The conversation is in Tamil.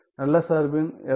நல்ல சார்பின் FT